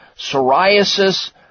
psoriasis